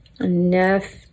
enough